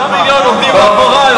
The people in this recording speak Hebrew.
שישה מיליון עומדים מאחורי,